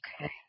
Okay